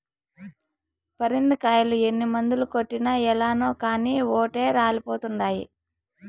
పరింద కాయలు ఎన్ని మందులు కొట్టినా ఏలనో కానీ ఓటే రాలిపోతండాయి